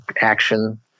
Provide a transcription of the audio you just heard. action